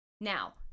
now